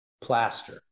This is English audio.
plaster